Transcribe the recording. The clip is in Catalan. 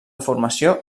formació